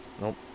Nope